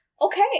okay